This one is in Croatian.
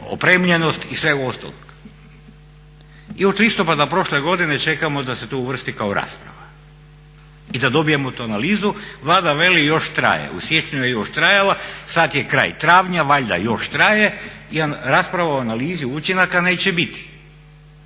opremljenost i svega ostalog. I od listopada prošle godine čekamo da se to uvrsti kao rasprava i da dobijemo tu analizu. Vlada veli još traje, u siječnju je još trajala, sad je kraj travnja, valjda još traje i rasprava o analizi učinaka neće biti,